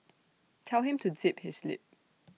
tell him to zip his lip